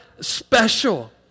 special